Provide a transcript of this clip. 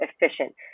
efficient